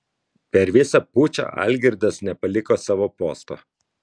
per visą pučą algirdas nepaliko savo posto